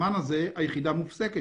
אם אין אנרגיה מתחדשת,